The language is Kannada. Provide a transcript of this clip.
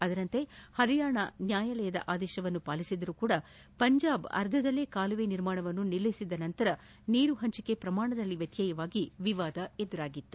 ಅದರಂತೆ ಪರಿಯಾಣ ನ್ನಾಯಾಲಯದ ಆದೇಶವನ್ನು ಪಾಲಿಸಿದ್ದರೂ ಪಂಜಾಬ್ ಅರ್ಧದಲ್ಲೇ ಕಾಲುವೆ ನಿರ್ಮಾಣವನ್ನು ನಿಲ್ಲಿಸಿದ ನಂತರ ನೀರು ಪಂಚಿಕೆ ಪ್ರಮಾಣದಲ್ಲಿ ವ್ಯತ್ಯವಾಗಿ ವಿವಾದ ಸೃಷ್ಟಿಯಾಗಿತ್ತು